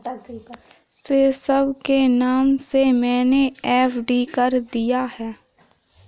ऋषभ के नाम से मैने एफ.डी कर दिया है